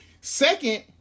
Second